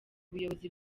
buyobozi